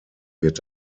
wird